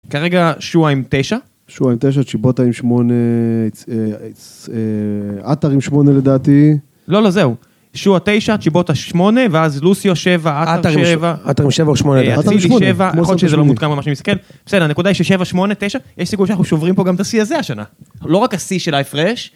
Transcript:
כרגע שועה עם תשע, שועה עם תשע, צ'יבוטה עם שמונה, עטר עם שמונה לדעתי, לא לא זהו, שועה תשע, צ'יבוטה שמונה, ואז לוסיו שבע, עטר שבע, עטר עם שבע או שמונה, עטר עם שמונה, יכול להיות שזה לא מעודכן מה שאני מסתכל, בסדר הנקודה היא ששבע, שמונה, תשע, יש סיכוי שאנחנו שוברים פה גם את השיא הזה השנה, לא רק השיא של ההפרש.